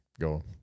go